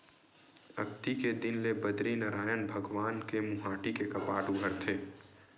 अक्ती के दिन ले बदरीनरायन भगवान के मुहाटी के कपाट उघरथे